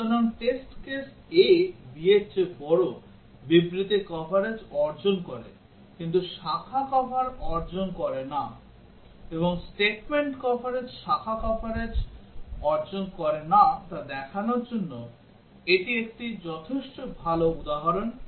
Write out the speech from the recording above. সুতরাং test case a b এর চেয়ে বড় বিবৃতি কভারেজ অর্জন করে কিন্তু শাখা কভার অর্জন করে না এবং statement কভারেজ শাখা কভারেজ অর্জন করে না তা দেখানোর জন্য এটি একটি যথেষ্ট ভাল উদাহরণ